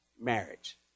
Marriage